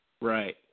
Right